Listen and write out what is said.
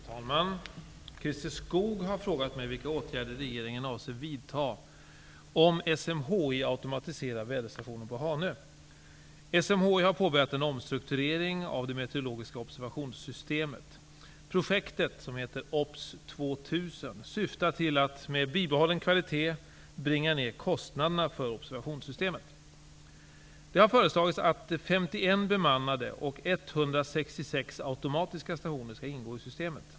Fru talman! Christer Skoog har frågat mig vilka åtgärder regeringen avser att vidta om SMHI SMHI har påbörjat en omstrukturering av det meteorologiska observationssystemet. Projektet, OBS 2000, syftar till att med bibehållen kvalitet bringa ner kostnaderna för observationssystemet. Det har föreslagits att 51 bemannade och 166 automatiska stationer skall ingå i systemet.